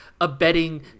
abetting